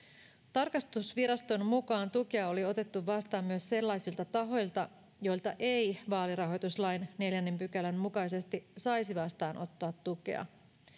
tarkastusviraston mukaan tukea oli otettu vastaan myös sellaisilta tahoilta joilta ei vaalirahoituslain neljännen pykälän mukaisesti saisi vastaanottaa tukea